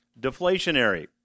deflationary